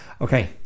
okay